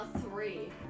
three